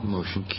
Motion